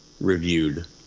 reviewed